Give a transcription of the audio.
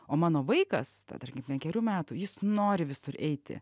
o mano vaikas ta tarkim penkerių metų jis nori visur eiti